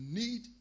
need